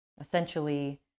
essentially